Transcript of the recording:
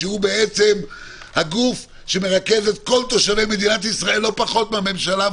שהוא הגוף שמרכז את כל תושבי מדינת ישראל לא פחות מהממשלה,